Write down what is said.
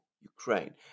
Ukraine